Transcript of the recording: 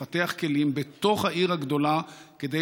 אנחנו חייבים לפתח כלים בתוך העיר הגדולה כדי